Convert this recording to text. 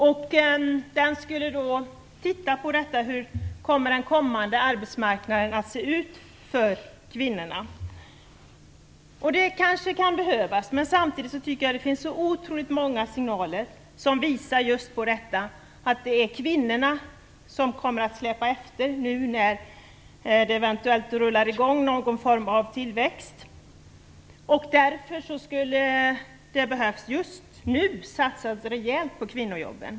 Utredningen skulle utreda hur den framtida arbetsmarknaden för kvinnor skall se ut. En sådan utredning kanske kan behövas. Samtidigt tycker jag att det finns otroligt många signaler som just visar att det är kvinnorna som kommer att släpa efter nu när någon form av tillväxt eventuellt rullar i gång. Därför skulle det just nu behöva satsas rejält på kvinnojobben.